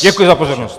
Děkuji za pozornost.